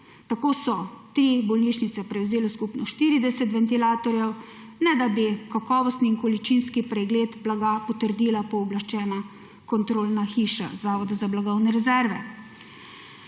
Tako so te bolnišnice prevzele skupno 40 ventilatorjev, ne da bi kakovostni in količinski pregled blaga potrdila pooblaščena kontrolna hiša zavoda za blagovne rezerve.